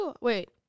wait